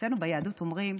אצלנו ביהדות אומרים: